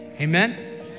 amen